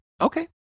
Okay